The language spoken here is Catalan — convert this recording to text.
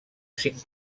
cinc